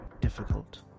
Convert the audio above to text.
difficult